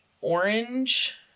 orange